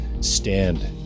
Stand